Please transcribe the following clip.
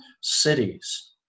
cities